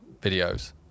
videos